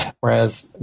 Whereas